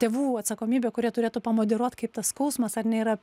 tėvų atsakomybė kurie turėtų pamoderuot kaip tas skausmas ar ne yra